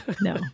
no